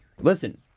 Listen